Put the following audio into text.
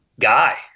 guy